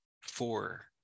four